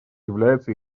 является